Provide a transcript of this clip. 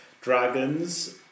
Dragons